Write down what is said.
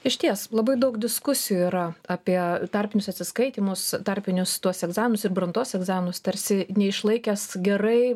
išties labai daug diskusijų yra apie tarpinius atsiskaitymus tarpinius tuos egzaminus ir brandos egzaminus tarsi neišlaikęs gerai